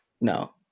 No